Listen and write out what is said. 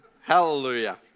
Hallelujah